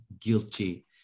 guilty